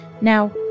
Now